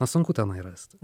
na sunku tenai rasti